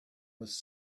was